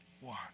one